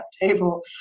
table